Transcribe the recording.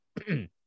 Okay